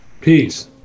Peace